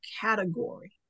category